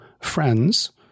friends